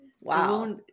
Wow